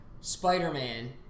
Spider-Man